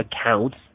accounts